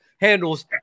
handles